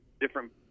different